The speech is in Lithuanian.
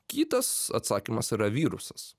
kitas atsakymas yra virusas